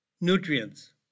nutrients